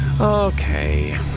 Okay